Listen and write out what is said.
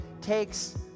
takes